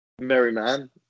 Merryman